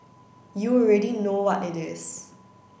you already know what it is